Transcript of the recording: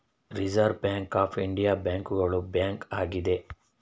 reserve Bank of India ಬ್ಯಾಂಕುಗಳ bank ಆಗಿದೆ